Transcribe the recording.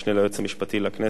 המשנה ליועץ המשפטי לכנסת,